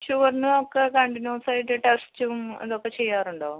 ഷുഗറിനൊക്കെ continuous ആയിട്ട് ടെസ്റ്റും ഇതൊക്കെ ചെയ്യാറുണ്ടോ